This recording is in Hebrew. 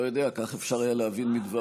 לא יודע, כך אפשר היה להבין מדבריך.